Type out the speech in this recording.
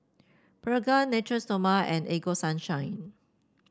Pregain Natura Stoma and Ego Sunshine